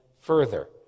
further